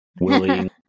willing